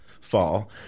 fall